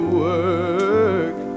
work